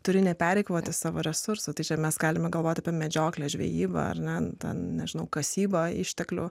turi nepereikvoti savo resursų tai čia mes galima galvoti apie medžioklę žvejybą ar ne nežinau kasybą išteklių